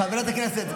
חברת הכנסת,